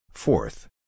Fourth